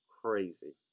crazy